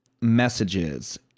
messages